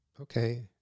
okay